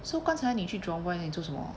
so 刚才你去 jurong point 你做什么